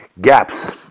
gaps